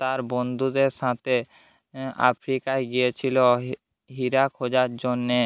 তার বন্ধুদের সাথে আফ্রিকায় গিয়েছিল হীরা খোঁজার জন্যে